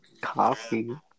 Coffee